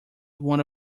one